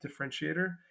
differentiator